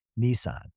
Nissan